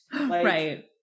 right